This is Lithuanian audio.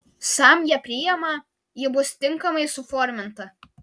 sam ją priima ji bus tinkamai suforminta